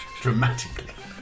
dramatically